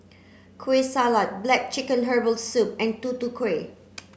Kueh Salat black chicken herbal soup and Tutu Kueh